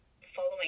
following